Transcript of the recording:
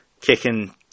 kicking